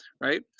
right